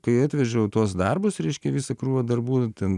kai atvežiau tuos darbus reiškia visą krūvą darbų ten